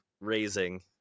raising